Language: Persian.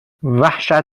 وحشت